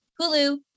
Hulu